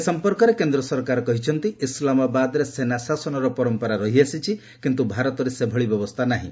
ଏ ସମ୍ପର୍କରେ କେନ୍ଦ୍ର ସରକାର କହିଛନ୍ତି ଇସ୍ଲାମାବାଦ୍ରେ ସେନା ଶାସନର ପରମ୍ପରା ରହିଆସିଛି କିନ୍ତ୍ର ଭାରତରେ ସେଭଳି ବ୍ୟବସ୍ଥା ନାହିଁ